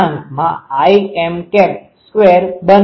5Im2 બને છે